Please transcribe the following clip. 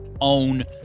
own